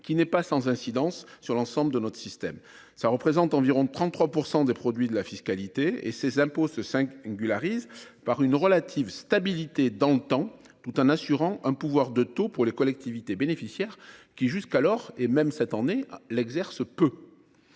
qui n’est pas sans incidence sur l’ensemble de notre système. Ces impôts représentent environ 33 % des produits de la fiscalité et se singularisent par une relative stabilité dans le temps, tout en assurant un pouvoir de taux pour les collectivités bénéficiaires, qui, jusqu’à présent et même cette année, l’exercent peu.